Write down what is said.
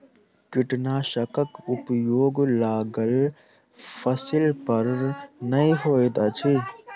कीटनाशकक उपयोग लागल फसील पर नै होइत अछि